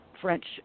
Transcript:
French